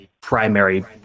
primary